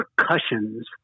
repercussions